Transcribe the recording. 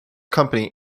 company